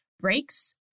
breaks